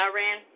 Iran